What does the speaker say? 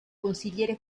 consigliere